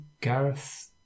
Gareth